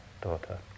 daughter